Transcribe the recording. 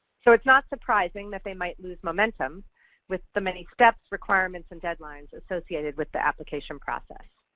so it is not surprising that they might lose momentum with the many steps, requirements, and deadlines associated with the application process.